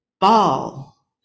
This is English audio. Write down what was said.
ball